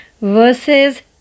versus